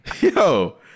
Yo